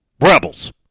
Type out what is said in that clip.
Rebels